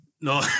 no